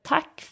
Tack